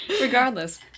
Regardless